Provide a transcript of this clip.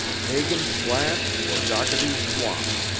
hagen's flat or dockerty's swamp,